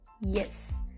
Yes